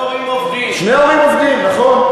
שני הורים עובדים, נכון.